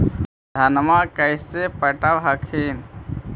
धन्मा कैसे पटब हखिन?